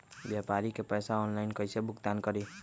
व्यापारी के पैसा ऑनलाइन कईसे भुगतान करी?